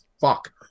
fuck